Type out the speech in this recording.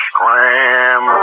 Scram